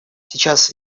сейчас